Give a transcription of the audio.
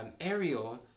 Ariel